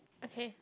okay